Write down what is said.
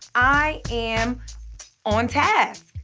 i am on task.